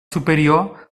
superior